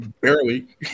Barely